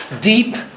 deep